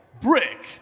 Brick